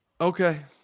Okay